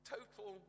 Total